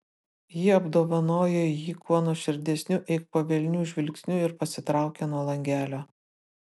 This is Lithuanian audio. ji apdovanojo jį kuo nuoširdesniu eik po velnių žvilgsniu ir pasitraukė nuo langelio